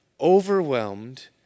overwhelmed